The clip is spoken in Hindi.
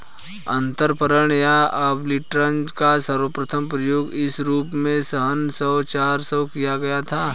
अंतरपणन या आर्बिट्राज का सर्वप्रथम प्रयोग इस रूप में सत्रह सौ चार में किया गया था